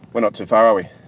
we're not too far are we?